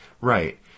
Right